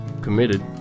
committed